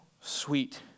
sweet